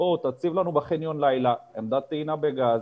תציב לנו בחניון לילה עמדת טעינה בגז,